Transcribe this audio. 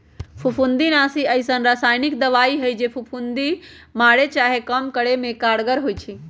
फफुन्दीनाशी अइसन्न रसायानिक दबाइ हइ जे फफुन्दी मारे चाहे कम करे में कारगर होइ छइ